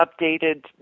updated